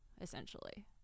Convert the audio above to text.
essentially